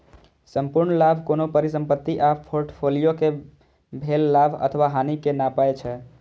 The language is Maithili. संपूर्ण लाभ कोनो परिसंपत्ति आ फोर्टफोलियो कें भेल लाभ अथवा हानि कें नापै छै